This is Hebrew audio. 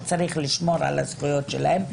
שצריך לשמור על הזכויות שלהם,